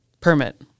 permit